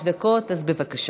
גברתי, לך יש עד חמש דקות, בבקשה.